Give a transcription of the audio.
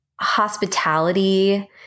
hospitality